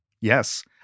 yes